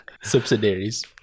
Subsidiaries